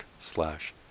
slash